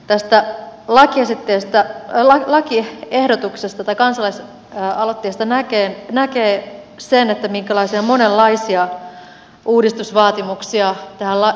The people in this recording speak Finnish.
tästä lakiesitystä moiti ehdotuksesta tai kansalais aloitteista kansalaisaloitteesta näkee sen minkälaisia monenlaisia uudistusvaatimuksia tähän tekijänoikeuslainsäädäntöön kohdistuu